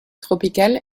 tropical